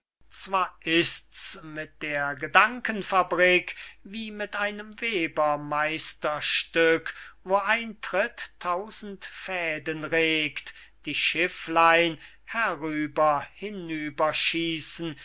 zwar ist's mit der gedanken fabrik wie mit einem weber meisterstück wo ein tritt tausend fäden regt die schifflein herüber